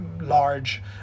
large